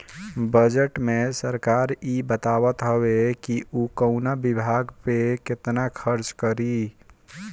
budget में सरकार इ बतावत हवे कि उ कवना विभाग पअ केतना खर्चा करी